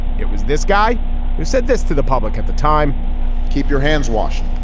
it was this guy who said this to the public at the time keep your hands washed.